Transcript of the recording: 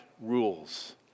rules